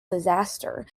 disaster